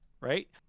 right